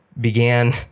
began